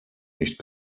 nicht